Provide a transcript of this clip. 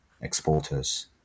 exporters